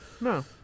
no